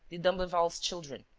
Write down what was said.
the d'imblevalles' children,